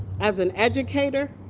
as an educator,